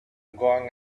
going